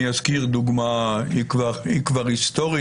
אני אזכיר דוגמה היא כבר היסטורית,